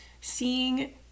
seeing